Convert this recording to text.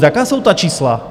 Jaká jsou ta čísla?